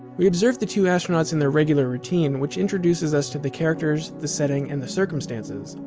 we observe the two astronauts in their regular routine, which introduces us to the characters, the setting, and the circumstances.